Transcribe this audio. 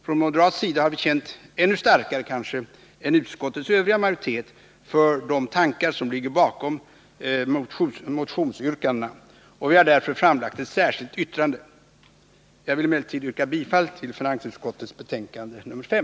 Från moderat sida har vi känt ännu starkare än utskottets övriga majoritet för de tankar som ligger bakom motionsyrkandet, och vi har därför framlagt ett särskilt yttrande. Jag vill emellertid yrka bifall till hemställan i finansutskottets betänkande nr 5.